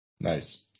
Nice